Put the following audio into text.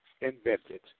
invented